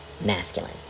masculine